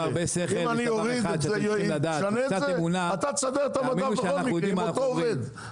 אם אני אשנה את זה אתה תסדר את המדף בכל מקרה עם אותו עובד,